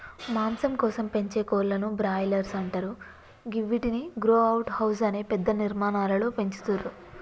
మాంసం కోసం పెంచే కోళ్లను బ్రాయిలర్స్ అంటరు గివ్విటిని గ్రో అవుట్ హౌస్ అనే పెద్ద నిర్మాణాలలో పెంచుతుర్రు